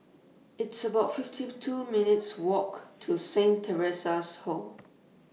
It's about fifty two minutes' Walk to Saint Theresa's Home